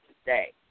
today